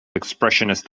expressionist